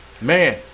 man